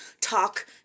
talk